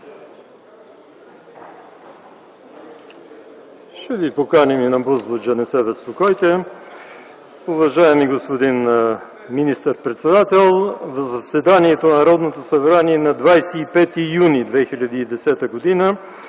Ще ви поканим и на Бузлуджа, не се безпокойте. Уважаеми господин министър-председател, на заседанието на Народното събрание на 25 юни 2010 г.